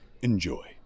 Enjoy